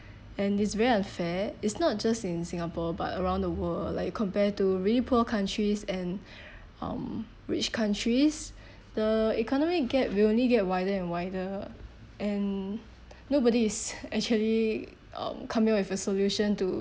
and it's very unfair it's not just in singapore but around the world like compared to really poor countries and um rich countries the economy gap will only get wider and wider and nobody is actually coming up with a solution to